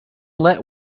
let